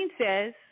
says